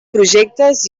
projectes